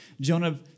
Jonah